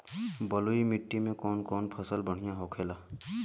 बलुई मिट्टी में कौन कौन फसल बढ़ियां होखेला?